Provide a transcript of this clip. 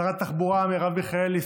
שרת התחבורה מרב מיכאלי,